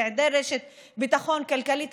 בהיעדר רשת ביטחון כלכלית.